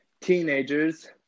teenagers